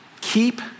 Keep